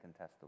contestable